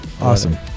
Awesome